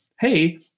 hey